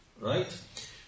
Right